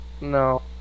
No